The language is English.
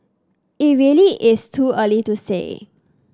it really is too early to say